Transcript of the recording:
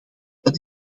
dat